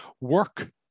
Work